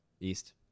east